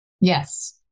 yes